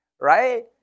right